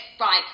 right